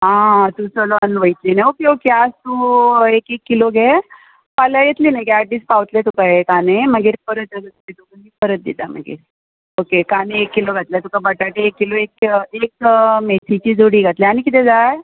आ तूं चलून वयतली न्हू ओके ओके आसूं हो एक एक किलो घे फाल्यां येतली न्ही गे आठ दीस पावतले तुका हे कांदे मागीर परत येता तेन्ना परत दिता मागीर ओके काने एक किलो घातल्या तुका बटाटे एक किलो एक किल एक मेथीची जोडी घातल्या आनी किदें जाय